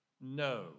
No